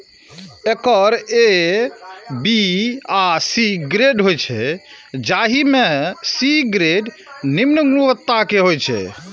acre A, B आ C grade होइ छै, जाहि मे सी ग्रेड निम्न गुणवत्ता के होइ छै